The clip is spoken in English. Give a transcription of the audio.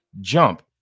jump